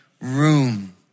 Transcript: room